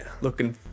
Looking